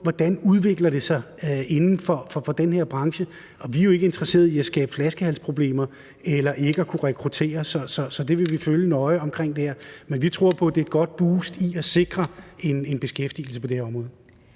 hvordan det udvikler sig inden for den her branche. Vi er jo ikke interesseret i at skabe flaskehalsproblemer eller i, at man ikke kan rekruttere, så det vil vi følge nøje. Men vi tror, der ligger et godt boost i at sikre en beskæftigelse på det her område.